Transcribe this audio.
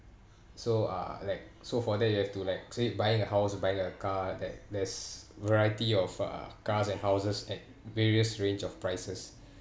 so uh like so for that you have to like say buying a house or buying a car that there's variety of uh cars and houses at various range of prices